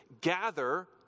gather